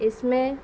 اس میں